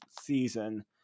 season